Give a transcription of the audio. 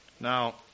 Now